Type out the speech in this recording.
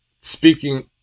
speaking